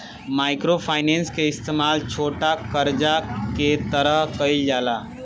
micro finance के इस्तमाल छोटा करजा के तरह कईल जाला